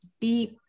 deep